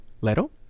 Leto